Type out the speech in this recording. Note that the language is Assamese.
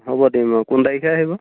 হ'ব দিম কোন তাৰিখে আহিব